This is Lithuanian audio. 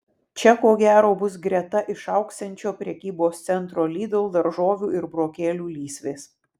čia ko gero bus greta išaugsiančio prekybos centro lidl daržovių ir burokėlių lysvės